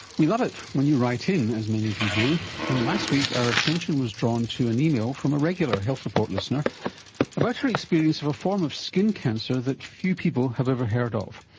we love it when you write in, as many of you do, and last week our attention as drawn to an email from a regular health report listener about her experience of a form of skin cancer that few people have ever heard ah of.